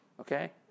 okay